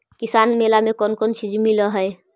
किसान मेला मे कोन कोन चिज मिलै है?